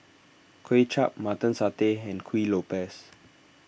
Kway Chap Mutton Satay and Kuih Lopes